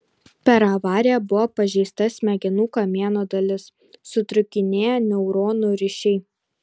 per avariją buvo pažeista smegenų kamieno dalis sutrūkinėję neuronų ryšiai